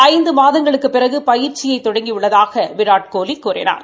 ஐந்து மாதங்களுக்குப் பிறகு பயிற்சியை தொடங்கி உள்ளதாக விராட்கோலி கூறினார்